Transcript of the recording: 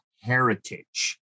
heritage